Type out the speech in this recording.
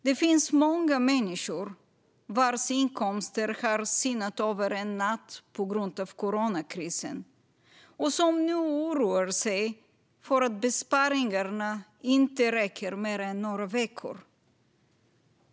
Det finns många människor vars inkomster har sinat över en natt på grund av coronakrisen och som nu oroar sig för att besparingarna inte räcker mer än några veckor.